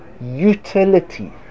utility